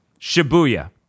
Shibuya